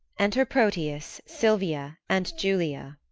enter proteus, silvia, and julia